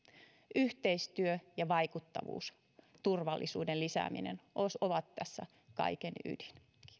yhteistyö ja vaikuttavuus ja turvallisuuden lisääminen ovat tässä kaiken ydin